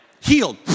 Healed